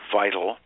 vital